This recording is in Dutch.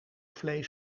vlees